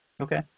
Okay